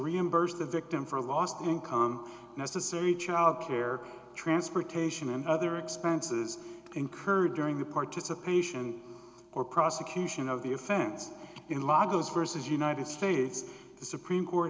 reimburse the victim for lost income necessary childcare transportation and other expenses incurred during the participation or prosecution of the offense in law goes versus united states supreme court